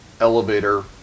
elevator